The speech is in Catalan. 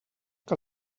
que